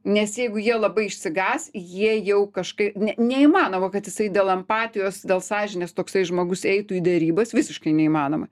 nes jeigu jie labai išsigąs jie jau kažkaip ne neįmanoma kad jisai dėl empatijos dėl sąžinės toksai žmogus eitų į derybas visiškai neįmanoma